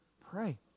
pray